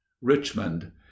richmond